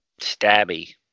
stabby